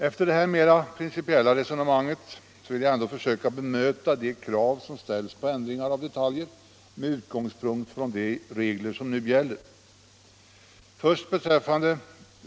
Efter detta mera principiella resonemang vill jag ändå försöka bemöta de krav som framförs på ändringar av detaljer med utgångspunkt i vad som nu gäller.